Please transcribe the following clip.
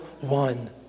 one